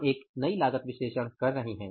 हम एक नई लागत विश्लेषण कर रहे हैं